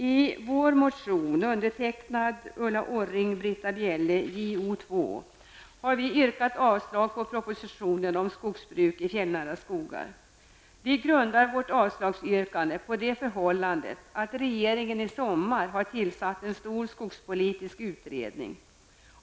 I vår motion Jo2 -- undertecknad av Ulla Orring och Britta Bjelle -- har vi yrkat avslag på propositionen om skogsbruk i fjällnära skogar. Vi grundar vårt avslagsyrkande på det förhållandet att regeringen i somras har tillsatt en stor skogspolitisk utredning.